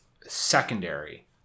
secondary